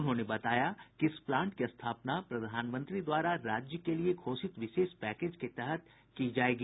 उन्होंने बताया कि इस प्लांट की स्थापना प्रधानमंत्री द्वारा राज्य के लिए घोषित विशेष पैकेज के तहत की जायेगी